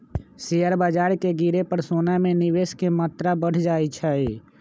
share बाजार के गिरे पर सोना में निवेश के मत्रा बढ़ जाइ छइ